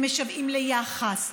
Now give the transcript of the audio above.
הם משוועים ליחס,